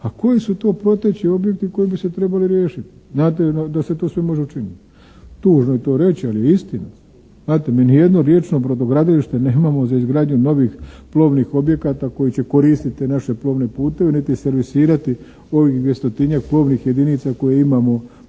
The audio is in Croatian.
a koji su to prateći objekti koji bi se trebali riješiti znate da se sve to može učiniti. Tužno je to reći ali je istina. Znate, mi nijedno riječno brodogradilište nemamo za izgradnju novih plovnih objekata koji će koristiti naše plovne putove niti servisirati ovih 200-tinjak plovnih jedinica koje imamo